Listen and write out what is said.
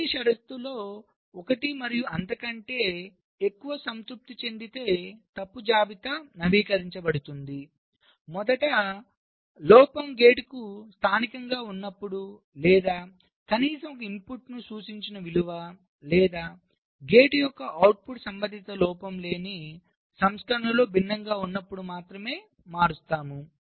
కింది షరతులలో ఒకటి మరియు అంతకంటే ఎక్కువ సంతృప్తి చెందితే తప్పు జాబితా నవీకరించబడుతుంది మొదట లోపం గేట్కు స్థానికంగా ఉన్నప్పుడు లేదా కనీసం ఒక ఇన్పుట్ను సూచించిన విలువ లేదా గేట్ యొక్క అవుట్పుట్ సంబంధిత లోపం లేని సంస్కరణలో భిన్నంగా ఉన్నప్పుడు మారుస్తాము